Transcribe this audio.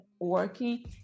working